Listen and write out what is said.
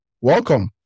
welcome